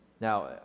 Now